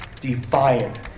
defiant